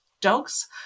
dogs